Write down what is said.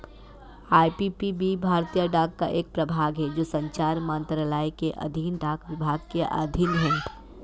IPPB भारतीय डाक का एक प्रभाग है जो संचार मंत्रालय के अधीन डाक विभाग के अधीन है